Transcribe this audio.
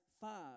five